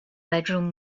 bedroom